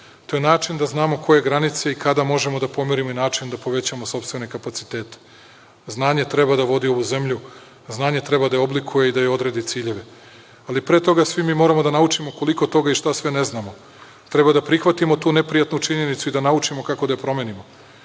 To je način da znamo koje granice i kada možemo da pomerimo način da povećamo sopstvene kapacitete. Znanje treba da vodi ovu zemlju, znanje treba da je oblikuje i da joj odredi ciljeve. Pre toga svi mi moramo da naučimo koliko toga i šta sve ne znamo. Treba da prihvatimo tu neprijatnu činjenicu i da naučimo kako da je promenimo.